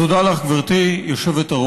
תודה לך, גברתי היושבת-ראש.